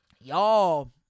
y'all